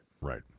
Right